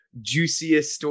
juiciest